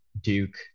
Duke